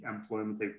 employment